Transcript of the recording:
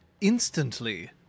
instantly